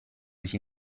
sich